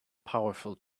powerful